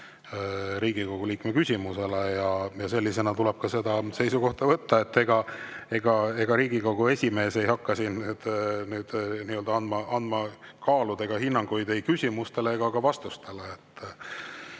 Riigikogu liikme küsimusele ja sellisena tuleb seda seisukohta ka võtta. Riigikogu esimees ei hakka siin andma nii-öelda kaaludega hinnanguid ei küsimustele ega ka vastustele.